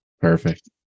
perfect